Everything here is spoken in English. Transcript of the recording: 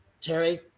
Terry